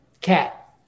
Cat